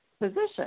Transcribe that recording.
position